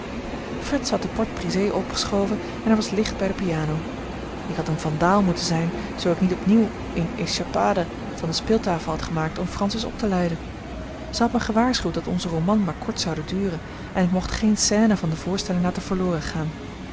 frits had de porte-brisée opgeschoven en er was licht bij de piano ik had een vandaal moeten zijn zoo ik niet opnieuw eene échappade van de speeltafel had gemaakt om francis op te leiden zij had mij gewaarschuwd dat onze roman maar kort zoude duren en ik mocht geen scène van de voorstelling laten verloren gaan